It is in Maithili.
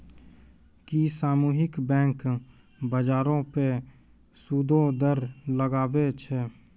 कि सामुहिक बैंक, बजारो पे सूदो दर लगाबै छै?